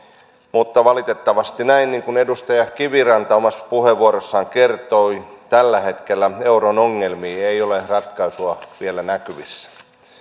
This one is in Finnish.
mutta valitettavasti on näin niin kuin edustaja kiviranta omassa puheenvuorossaan kertoi että tällä hetkellä euron ongelmiin ei ole ratkaisua vielä näkyvissä